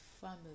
family